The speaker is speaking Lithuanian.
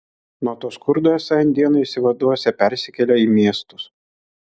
nuo to skurdo esą indėnai išsivaduosią persikėlę į miestus